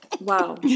wow